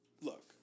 Look